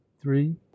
three